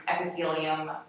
epithelium